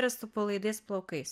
yra su palaidais plaukais